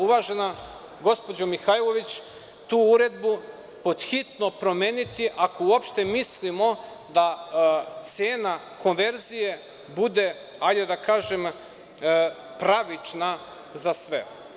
Uvažena gospođo Mihajlović, zbog toga tu uredbu podhitno promeniti, ako uopšte mislimo da cena konverzije bude, hajde da kažem, pravična za sve.